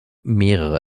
mehrere